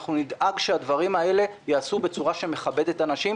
אנחנו נדאג שהדברים האלה ייעשו בצורה שמכבדת אנשים.